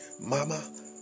Mama